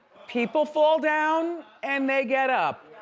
people fall down and they get up,